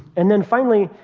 and then finally,